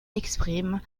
expriment